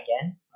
again